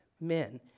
men